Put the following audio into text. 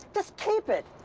just keep it.